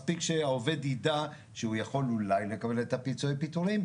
מספיק שהוא יידע שהוא יכול לקבל את הפיצויי פיטורין,